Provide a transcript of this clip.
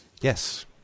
Yes